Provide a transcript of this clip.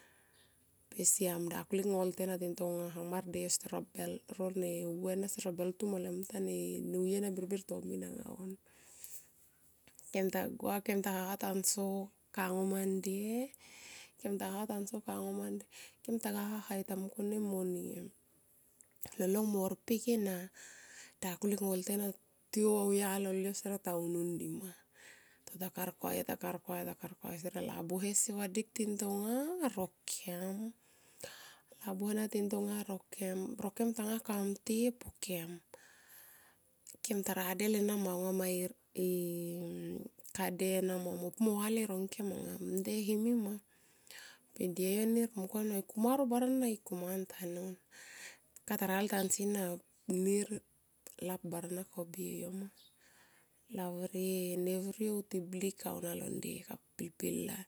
Ma per siam dakulik ngolte na tin tonga hamar die yo steret robel ro ne uve na steret robel tum meletan ne nuye ana birbir to men aunga on steret. Kem tagua kem ta haha tanso kangoman nde kemta haha tanso kengoman nde kem taga haha yota. Mungkone mo lolong mo rpek ena dakulik ngolte ana tiou auya lolio steret, ta unun di ma, tota karkua yo takarkuayota karkua yo steret labuhe sivadik tintonga rokem. Labuhe ana tintonga rokem tanga kamtei pokem. Kem radel enama anga mae kade mo vale rongkem anga nde him i ma pe die yo mungkone kuma ro barana kumantanun kata radel tansi na nir lap barana kobie yo ma lavrie ne rviou tiblik aunia lo nde ka pil pilai